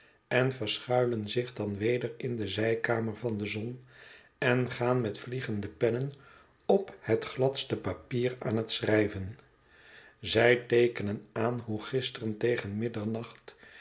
en verschuilen zich dan weder in de zijkamer van de zon en gaan met vliegende pennen op het gladste papier aan het schrijven zij teekenen aan hoe gisteren tegen middernacht